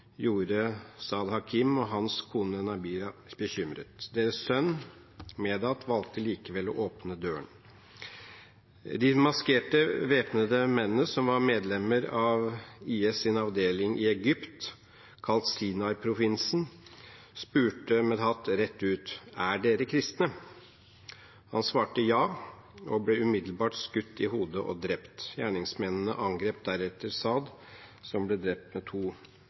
gjorde Saad Hakim og hans kone Nabila bekymret. Deres sønn Medhat valgte likevel å åpne døren. De maskerte, væpnede mennene, som var medlemmer av IS’ avdeling i Egypt, kalt «Sinai-provinsen», spurte Medhat rett ut: «Er dere kristne?» Han svarte ja, og ble umiddelbart skutt i hodet og drept. Gjerningsmennene angrep deretter Saad, som ble drept med to